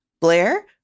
Blair